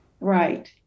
Right